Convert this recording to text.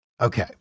okay